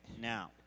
now